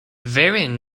variant